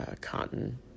cotton